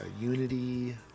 Unity